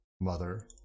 mother